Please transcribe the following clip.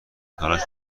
تلاش